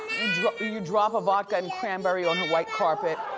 you drop you drop a vodka and cranberry on her white carpet.